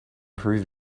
proved